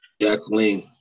Jacqueline